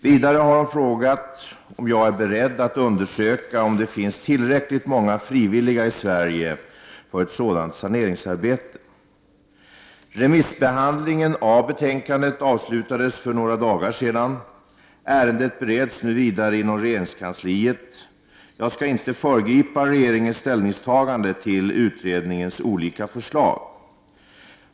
Vidare har hon frågat om jag är beredd att undersöka om det finns tillräckligt många frivilliga i Sverige för ett sådant saneringsarbete. Remissbehandlingen av betänkandet avslutades för några dagar sedan. Ärendet bereds nu vidare inom regeringskansliet. Jag skall inte föregripa regeringens ställningstagande till utredningnens olika förslag.